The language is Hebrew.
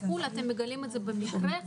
האם יהיה דמוגרפיה,